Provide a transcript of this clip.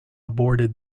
aborted